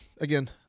again